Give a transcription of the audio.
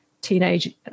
Teenage